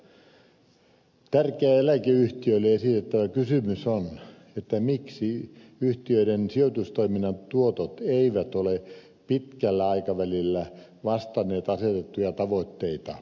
tärkeä eläkeyhtiöille esitettävä kysymys on miksi yhtiöiden sijoitustoiminnan tuotot eivät ole pitkällä aikavälillä vastanneet asetettuja tavoitteita